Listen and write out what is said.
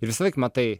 ir visąlaik matai